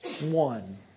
one